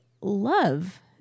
love